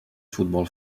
futbol